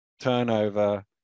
Turnover